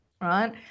Right